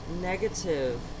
negative